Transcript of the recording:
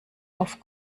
auf